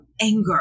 anger